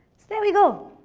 there we go.